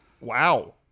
Wow